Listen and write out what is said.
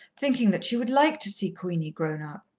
thinking that she would like to see queenie grown-up.